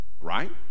right